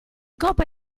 coppa